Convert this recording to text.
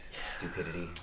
stupidity